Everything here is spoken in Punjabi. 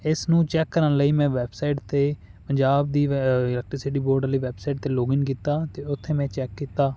ਇਸ ਨੂੰ ਚੈੱਕ ਕਰਨ ਲਈ ਮੈਂ ਵੈਬਸਾਈਟ 'ਤੇ ਪੰਜਾਬ ਦੀ ਇ ਇਲੈਕਟ੍ਰੀਸਿਟੀ ਬੋਰਡ ਵਾਲੀ ਵੈਬਸਾਈਟ 'ਤੇ ਲੋਗਇਨ ਕੀਤਾ ਅਤੇ ਉੱਥੇ ਮੈਂ ਚੈੱਕ ਕੀਤਾ